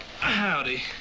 howdy